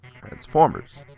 Transformers